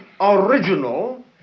original